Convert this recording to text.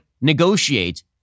negotiate